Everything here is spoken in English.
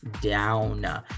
down